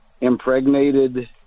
impregnated